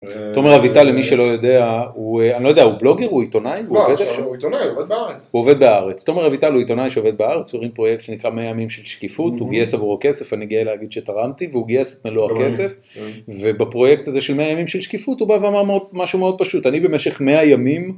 ‫תומר אביטל למי שלא יודע, ‫הוא אני לא יודע הוא בלוגר, הוא עיתונאי? ‫לא, הוא עיתונאי, ‫הוא עובד בהארץ. הוא עובד בהארץ ‫תומר אביטל הוא עיתונאי שעובד בהארץ, ‫הוא הרים פרויקט שנקרא ‫'100 ימים של שקיפות', ‫הוא גייס עבורו כסף, ‫אני גאה להגיד שתרמתי, ‫והוא גייס את מלוא הכסף. ‫ובפרויקט הזה של 100 ימים של שקיפות ‫הוא בא ואמר משהו מאוד פשוט. ‫אני במשך 100 ימים...